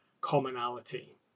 commonality